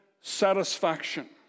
Satisfaction